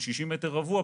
של 60 מטר רבוע,